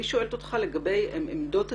אני שואלת אותך לגבי עמדות הציבור,